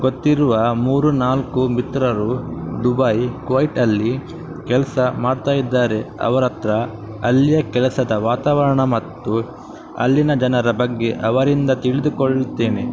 ಗೊತ್ತಿರುವ ಮೂರು ನಾಲ್ಕು ಮಿತ್ರರು ದುಬೈ ಕುವೈಟಲ್ಲಿ ಕೆಲಸ ಮಾಡ್ತಾ ಇದ್ದಾರೆ ಅವರ ಹತ್ರ ಅಲ್ಲಿಯ ಕೆಲಸದ ವಾತಾವರಣ ಮತ್ತು ಅಲ್ಲಿನ ಜನರ ಬಗ್ಗೆ ಅವರಿಂದ ತಿಳಿದುಕೊಳ್ಳುತ್ತೇನೆ